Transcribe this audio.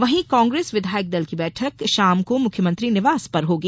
वहीं कांग्रेस विधायक दल की बैठक शाम को मुख्यमंत्री निवास पर होगी